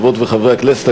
חברות וחברות הכנסת,